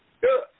Good